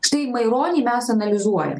štai maironį mes analizuojam